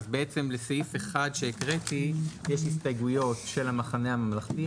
לסעיף 1 שהקראתי יש חמש הסתייגויות של המחנה הממלכתי.